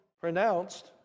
pronounced